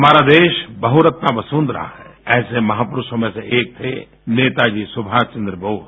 हमारा देश बहुरत्न वसुन्धरा है ऐसे महापुरूषों में से एक थे नेता जी सुभाषचंद्र बोस